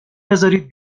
بزارید